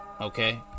Okay